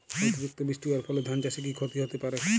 অতিরিক্ত বৃষ্টি হওয়ার ফলে ধান চাষে কি ক্ষতি হতে পারে?